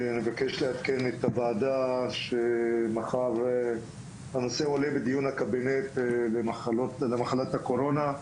אני מבקש לעדכן את הוועדה שמחר הנושא עולה בדיון הקבינט למחלת הקורונה.